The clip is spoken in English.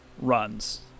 runs